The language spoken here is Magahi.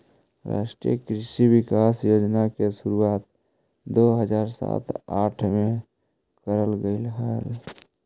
राष्ट्रीय कृषि विकास योजना की शुरुआत दो हज़ार सात आठ में करल गेलइ हल